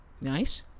Nice